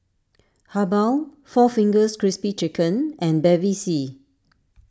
Habhal four Fingers Crispy Chicken and Bevy C